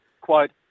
quote